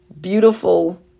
beautiful